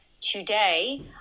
Today